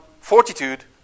fortitude